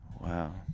Wow